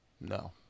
No